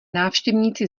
návštěvníci